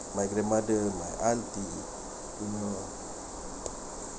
my grandmother my aunty